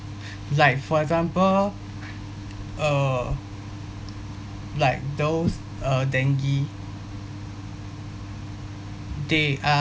like for example uh like those uh dengue they are